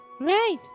Right